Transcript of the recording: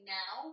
now